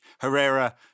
Herrera